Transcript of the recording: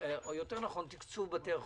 או יותר נכון, תקצוב בתי החולים.